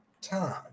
time